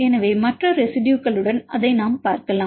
எனவே மற்ற ரெசிடுயுகளுடன் அதை நாம் பார்க்கலாம்